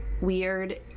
weird